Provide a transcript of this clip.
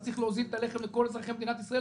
אז צריך להוזיל את הלחם לכל אזרחי מדינת ישראל,